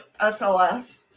SLS